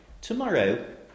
Tomorrow